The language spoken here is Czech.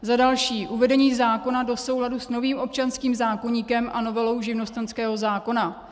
Za další, uvedení zákona do souladu s novým občanským zákoníkem a novelou živnostenského zákona.